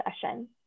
session